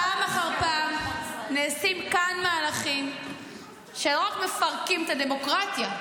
פעם אחר פעם נעשים כאן מהלכים שלא רק מפרקים את הדמוקרטיה,